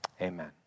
Amen